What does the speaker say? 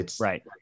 Right